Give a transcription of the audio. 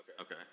Okay